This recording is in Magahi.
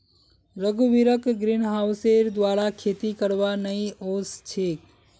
रघुवीरक ग्रीनहाउसेर द्वारा खेती करवा नइ ओस छेक